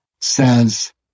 says